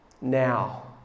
Now